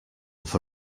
off